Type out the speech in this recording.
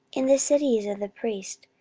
in the cities of the priests,